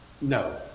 no